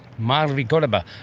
marvi cordova.